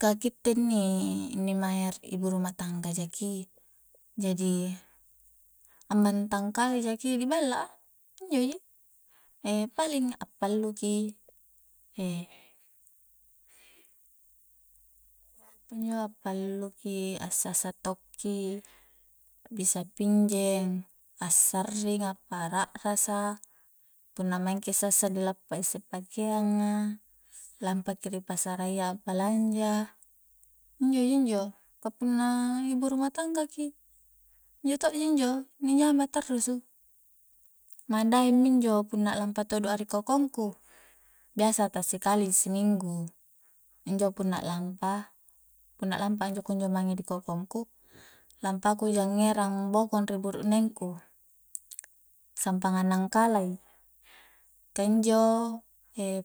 Ka kitte inni-inni mae ibu rumah tangga jaki jadi ammantang kale jaki diballa'a injo ji paling a'pallu ki apanjo a'pallu ki, a sassa to'ki, bissa pinjeng, a sarring, a para'rasa, punna maing ki a sassa dilappa isse pakeang a lampaki ri pasara iya a balanja injo ji injo ka punna ibu rumah tangga ki iya todo ji injo di jama tarrusu madaeng mi injo punna a'lampa todo a ri kokong ku biasa ta sikali ji siminggu injo punna lampa-punna lampa a kunjo mange di kokongku lampaku ja ngerang bokong ri burukneng ku sampang a'nangkala i ka injo